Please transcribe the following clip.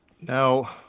Now